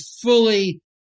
fully